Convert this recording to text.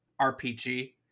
RPG